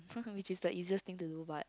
which is the easiest thing to do but